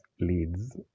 leads